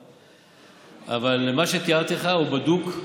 אבל מה שתיארתי לך הוא בדוק,